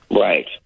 Right